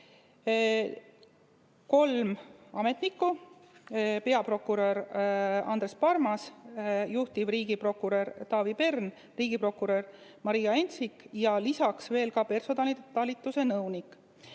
kolm ametnikku: peaprokurör Andres Parmas, juhtiv riigiprokurör Taavi Pern ja riigiprokurör Maria Entsik, lisaks veel personalitalituse nõunik.